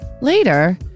Later